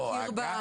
לא.